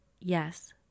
yes